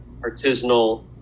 artisanal